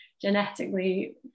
genetically